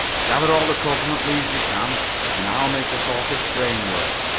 gather all the cocoanut leaves you can and i'll make a sort of framework.